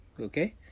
Okay